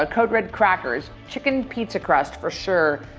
ah code red crackers, chicken pizza crust, for sure.